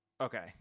Okay